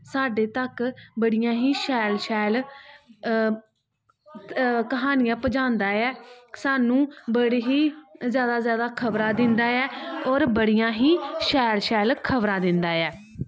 साढ़े तक बड़ियां ही शैल शैल कहानिया पज़ांदी ऐ स्हानू बड़ी ही जादा जादा खबरां दिंदा ऐ और बड़ियां ही शैाल सैल खबरां दिंदा ऐ